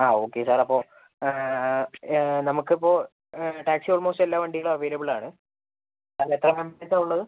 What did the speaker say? ആ ഓക്കെ സാറപ്പോൾ നമുക്കിപ്പോൾ ടാക്സി ഓൾമോസ്റ്റ് എല്ലാ വണ്ടികളും അവൈലബിളാണ് അല്ല എത്ര ഉള്ളത്